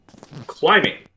Climbing